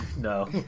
No